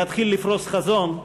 להתחיל לפרוס חזון,